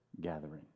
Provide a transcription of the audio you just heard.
gathering